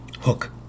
hook